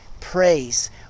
praise